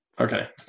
Okay